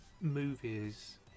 movies